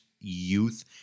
youth